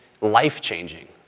life-changing